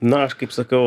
na aš kaip sakau